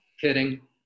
Kidding